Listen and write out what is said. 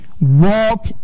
walk